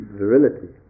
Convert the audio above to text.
virility